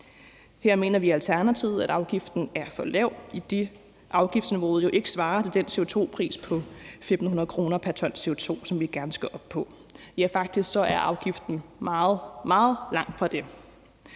Her mener vi i Alternativet, at afgiften er for lav, idet afgiftsniveauet jo ikke svarer til den CO2-pris på 1.500 kr. pr. ton CO2, som vi gerne skal op på. Ja, faktisk er afgiften meget, meget langt fra det.